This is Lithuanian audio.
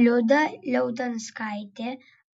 liuda liaudanskaitė